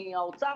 מהאוצר,